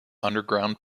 underground